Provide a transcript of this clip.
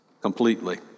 completely